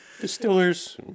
Distillers